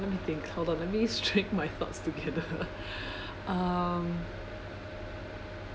let me think hold on let me string my thoughts together um